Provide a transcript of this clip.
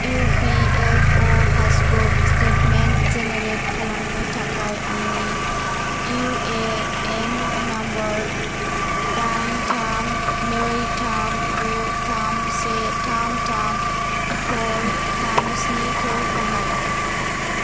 EPFO passbook statement generate खालामनो थाखाय आंनि इउएएन नाम्बार दाइन थाम नै थाम गु थाम से थाम थाम फर थाम स्निखौ बाहाय